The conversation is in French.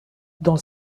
dans